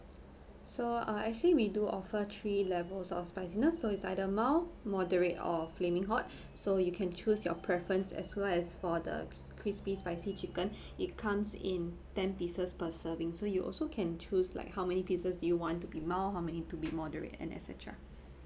so uh actually we do offer three levels of spiciness so it's either mild moderate or flaming hot so you can choose your preference as well as for the crispy spicy chicken it comes in ten pieces per serving so you also can choose like how many pieces do you want to be mild how many to be moderate and et cetera